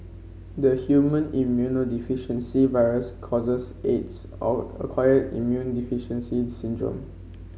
the human immunodeficiency virus causes Aids or acquired immune deficiency syndrome